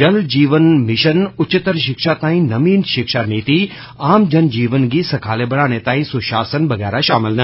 जल जीवन मिशन उच्चतर शिक्षा तांई नमीं शिक्षा नीति आम जन जीवन गी सखलें बनाने तांई सुशासन बगैरा शामिल न